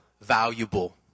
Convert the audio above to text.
valuable